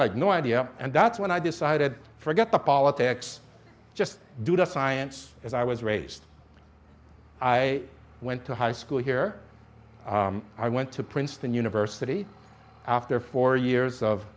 like no idea and that's when i decided forget the politics just do the science as i was raised i went to high school here i went to princeton university after four years of